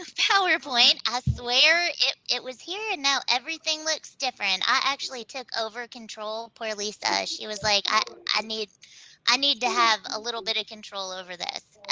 ah powerpoint. swear it it was here, and now everything looks different. i actually took over control, poor lisa. she was like, i ah need i need to have a little bit of control over this.